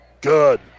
Good